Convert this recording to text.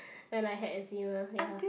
then I had eczema ya